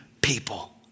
people